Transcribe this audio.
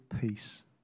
peace